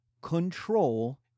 control